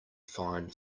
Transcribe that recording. find